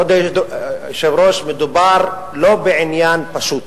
כבוד היושב-ראש, מדובר לא בעניין פשוט,